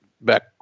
back